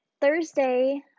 Thursday